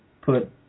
put